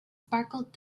sparkled